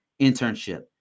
internship